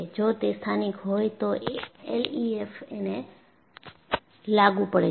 જો તે સ્થાનિક હોય તો એલઈએફએમ એને લાગુ પડે છે